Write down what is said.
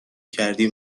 کردی